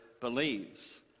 believes